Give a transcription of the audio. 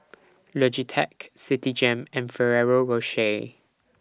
Logitech Citigem and Ferrero Rocher